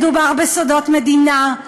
מדובר בסודות מדינה,